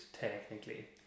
technically